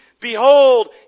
behold